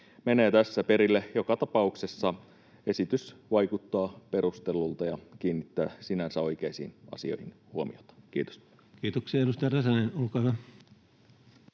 menee tässä perille. Joka tapauksessa esitys vaikuttaa perustellulta ja kiinnittää sinänsä oikeisiin asioihin huomioita. — Kiitos. [Speech